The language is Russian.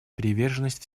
приверженность